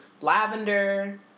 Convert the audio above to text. Lavender